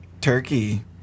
Turkey